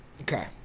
Okay